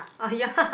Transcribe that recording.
orh ya lah